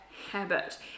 habit